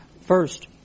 First